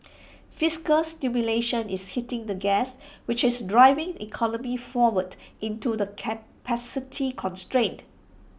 fiscal stimulation is hitting the gas which is driving economy forward into the capacity constraints